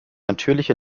natürliche